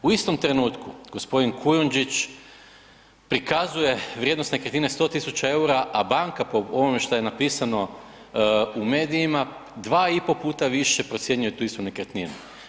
U istom trenutku, g. Kujundžić prikazuje vrijednost nekretnine 100 000 eura a banka po onome što je napisano u medijima, 2,5 puta više procjenjuje tu istu nekretninu.